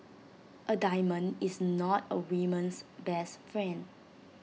A diamond is not A woman's best friend